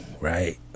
right